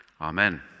amen